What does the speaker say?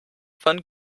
von